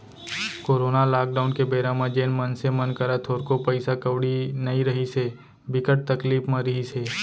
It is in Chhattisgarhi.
कोरोना लॉकडाउन के बेरा म जेन मनसे मन करा थोरको पइसा कउड़ी नइ रिहिस हे, बिकट तकलीफ म रिहिस हे